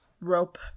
rope